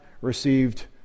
received